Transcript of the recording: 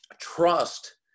trust